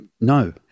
No